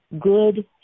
good